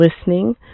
listening